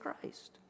Christ